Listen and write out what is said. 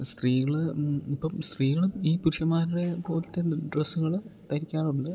സ്ത്രീകള് ഇപ്പം സ്ത്രീകള് ഈ പുരുഷനമാരുടെ പോലത്തെ ഡ്രസ്സുകള് ധരിക്കാറുണ്ട്